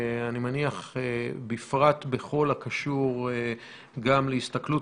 אני מניח שבפרט בכל הקשור גם להסתכלות